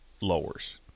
lowers